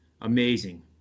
amazing